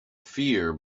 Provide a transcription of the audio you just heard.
fear